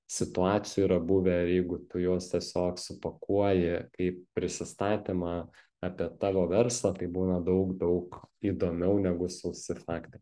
situacijų yra buvę ir jeigu tu juos tiesiog supakuoji kaip prisistatymą apie tavo verslą tai būna daug daug įdomiau negu sausi faktai